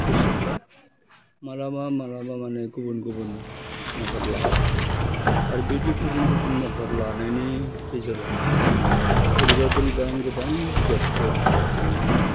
गोसोफ्रा मालाबा मालाबा माने गुबुन गुबुन महर लाबाय आरो बिदि गुबुन गुबुन महर लानायनि गेजेरावनो बोरैबा बोरैबा गोबां बिजाब फरायफ्लादों बे समाव